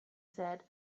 said